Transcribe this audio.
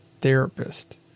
therapist